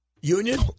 Union